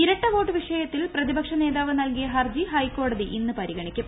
ഇരട്ടവോട്ട് വിഷയ്ടത്തിൽ പ്രതിപക്ഷ നേതാവ് നൽകിയ ന് ഹർജി ഹൈക്കോട്ടതി ഇന്ന് പരിഗണിക്കും